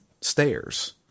stairs